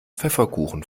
pfefferkuchen